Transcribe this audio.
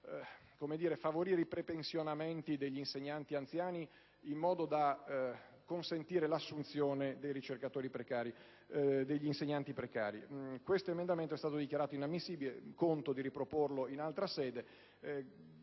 per favorire i prepensionamenti degli insegnanti anziani in modo da consentire l'assunzione degli insegnanti precari. Questo emendamento è stato dichiarato inammissibile; conto di riproporlo in altra sede.